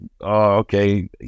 okay